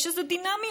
יש איזו דינמיות,